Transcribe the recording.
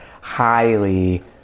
highly